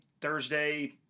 Thursday